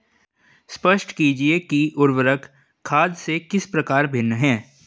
स्पष्ट कीजिए कि उर्वरक खाद से किस प्रकार भिन्न है?